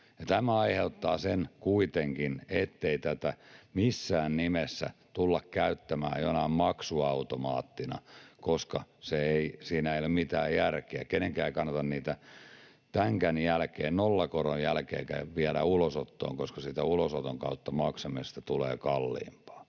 Tämä aiheuttaa sen kuitenkin, ettei tätä missään nimessä tulla käyttämään jonain maksuautomaattina, koska siinä ei ole mitään järkeä. Kenenkään ei kannata niitä tämänkään jälkeen, nollakoronkaan jälkeen, viedä ulosottoon, koska siitä ulosoton kautta maksamisesta tulee kalliimpaa.